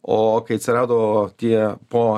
o kai atsirado tie po